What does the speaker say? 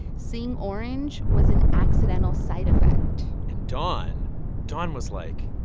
seeing orange was an accidental side effect and don don was like,